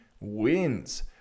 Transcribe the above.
wins